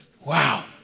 Wow